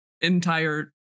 entire